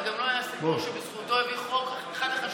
וגם לו היה סיפור שבזכותו הביא חוק אחד החשובים.